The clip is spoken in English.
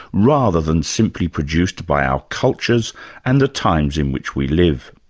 rather than simply produced by our cultures and the times in which we live?